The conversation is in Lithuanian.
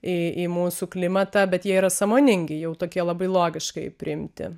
į į mūsų klimatą bet jie yra sąmoningi jau tokie labai logiškai priimti